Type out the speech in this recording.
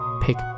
pick